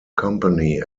company